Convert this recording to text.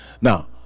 Now